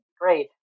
great